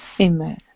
Amen